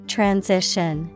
Transition